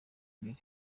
imbere